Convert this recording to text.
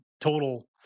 total